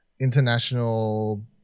international